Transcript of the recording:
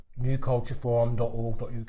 newcultureforum.org.uk